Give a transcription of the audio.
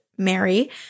Mary